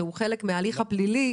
שהוא חלק מההליך הפלילי,